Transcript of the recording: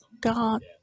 God